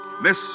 Miss